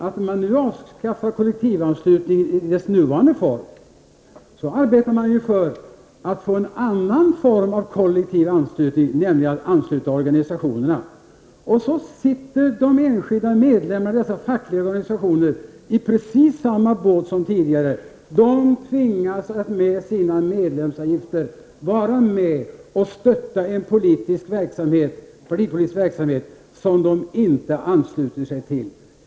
När man nu avskaffar kollektivanslutningen i dess nuvarande form, arbetar man för att få en annan form av kollektiv anslutning, nämligen att ansluta organisationerna. Sedan sitter de enskilda medlemmarna i dessa fackliga organisationer i precis samma båt som tidigare. De tvingas att med sina medlemsavgifter vara med och stötta en partipolitisk verksamhet som de inte ansluter sig till.